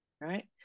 right